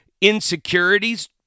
insecurities